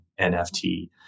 NFT